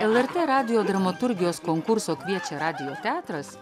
lrt radijo dramaturgijos konkurso kviečia radijo teatras